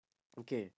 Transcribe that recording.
okay